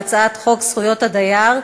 הצעת חוק לתיקון תקנות ההגנה (שעת חירום)